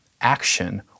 action